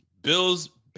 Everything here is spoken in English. Bills